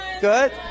Good